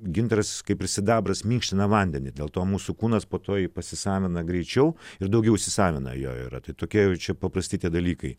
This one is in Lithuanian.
gintaras kaip ir sidabras minkština vandenį dėl to mūsų kūnas po to pasisavina greičiau ir daugiau įsisavina jo yra tai tokie jau čia paprasti dalykai